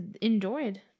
enjoyed